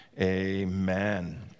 amen